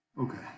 Okay